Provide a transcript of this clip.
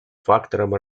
фактором